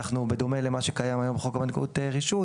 ובדומה למה שקיים היום בחוק הבנקאות (רישוי)